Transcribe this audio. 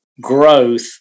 growth